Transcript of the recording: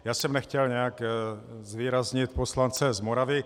Já jsem nechtěl nějak zvýraznit poslance z Moravy.